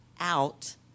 out